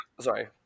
Sorry